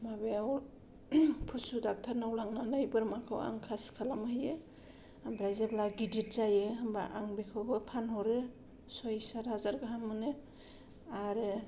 माबायाव फुशु डक्टरनाव लांनानै बोरमाखौ आं खासि खालामहैयो ओमफ्राय जेब्ला गिदिद जायो होमबा आं बेखौबो फानहरो सय सात हाजार गाहाम मोनो आरो